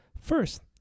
First